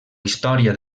història